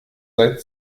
seit